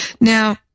Now